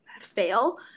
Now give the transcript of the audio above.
fail